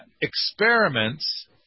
Experiments